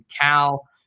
Cal